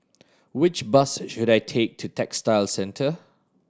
which bus should I take to Textile Centre